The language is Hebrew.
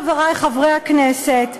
חברי חברי הכנסת,